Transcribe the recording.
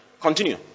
Continue